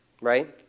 Right